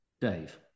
Dave